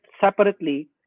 separately